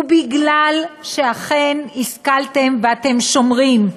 ובגלל שאכן השכלתם ואתם שומרים,